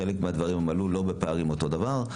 חלק מהדברים עלו, לא בפערים שהם אותו דבר.